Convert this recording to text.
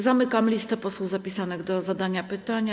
Zamykam listę posłów zapisanych do zadania pytania.